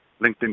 LinkedIn